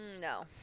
No